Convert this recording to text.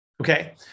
Okay